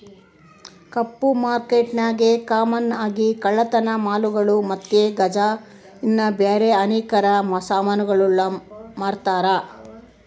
ಕಪ್ಪು ಮಾರ್ಕೆಟ್ನಾಗ ಕಾಮನ್ ಆಗಿ ಕಳ್ಳತನ ಮಾಲುಗುಳು ಮತ್ತೆ ಗಾಂಜಾ ಇನ್ನ ಬ್ಯಾರೆ ಹಾನಿಕಾರಕ ಸಾಮಾನುಗುಳ್ನ ಮಾರ್ತಾರ